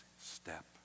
step